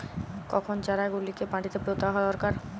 কখন চারা গুলিকে মাটিতে পোঁতা দরকার?